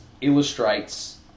illustrates